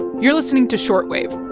you're listening to short wave